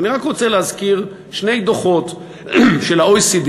ואני רק רוצה להזכיר שני דוחות של ה-OECD,